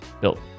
Built